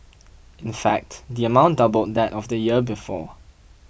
in fact the amount doubled that of the year before